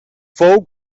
fou